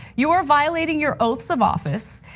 you are violating your oaths of office,